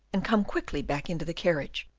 and come quickly back into the carriage,